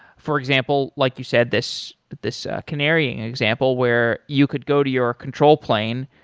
for example, like you said this this ah canary and example where you could go to your control plane,